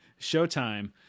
showtime